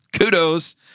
kudos